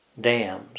dams